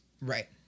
Right